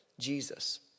Jesus